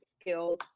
skills